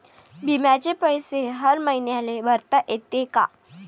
बिम्याचे पैसे हर मईन्याले भरता येते का?